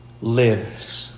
lives